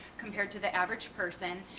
compared to the average person.